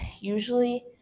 usually